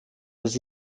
des